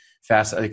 fast